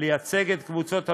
לייצג את קבוצת המיעוט,